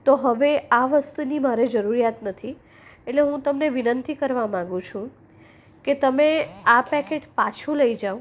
તો હવે આ વસ્તુની મારે જરૂરિયાત નથી એટલે હું તમને વિનંતી કરવા માંગુ છું કે તમે આ પેકેટ પાછું લઈ જાવ